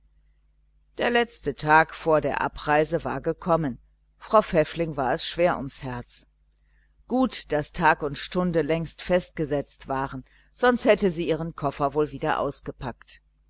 der letzte tag vor der abreise war gekommen frau pfäffling war es schwer ums herz gut daß tag und stunde längst festgesetzt waren sonst hätte sie ihren koffer wohl wieder ausgepackt